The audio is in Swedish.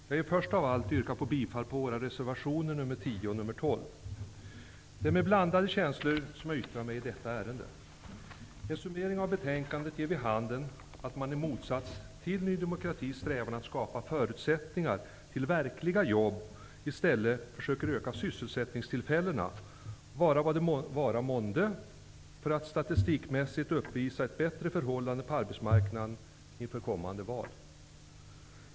Herr talman! Jag vill först yrka bifall till våra reservationer nr 10 och 12. Det är med blandade känslor som jag yttrar mig i detta ärende. En summering av betänkandet ger vid handen att man, i motsats till Ny demokratis strävan att skapa förutsättningar för verkliga jobb, försöker öka sysselsättningstillfällena -- vara vad det vara månde -- för att statistikmässigt uppvisa ett bättre förhållande på arbetsmarknaden inför kommande val.